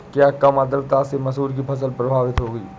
क्या कम आर्द्रता से मसूर की फसल प्रभावित होगी?